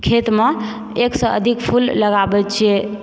खेत मे एकसँ अधिक फूल लगाबै छियै